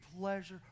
pleasure